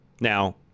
Now